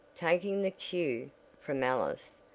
taking the cue from alice,